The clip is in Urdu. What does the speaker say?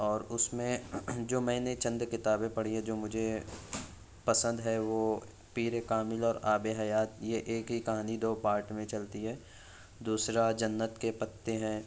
اور اس میں جو میں نے چند کتابیں پڑھی ہے جو مجھے پسند ہے وہ پیرِ کامل اور اور آبِ حیات یہ ایک ہی کہانی دو پارٹ میں چلتی ہے دوسرا جنّت کے پتّے ہیں